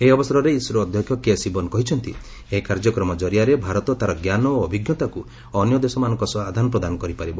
ଏହି ଅବସରରେ ଇସ୍ରୋ ଅଧ୍ୟକ୍ଷ କେ ଶିବନ୍ କହିଛନ୍ତି ଏହି କାର୍ଯ୍ୟକ୍ରମ ଜରିଆରେ ଭାରତ ତାର ଜ୍ଞାନ ଓ ଅଭିଜ୍ଞତାକୁ ଅନ୍ୟ ଦେଶମାନଙ୍କ ସହ ଆଦାନପ୍ରଦାନ କରିପାରିବ